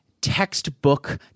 textbook